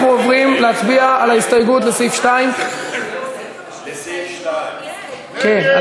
אנחנו עוברים להצביע על ההסתייגות לסעיף 2. לסעיף 2. כן.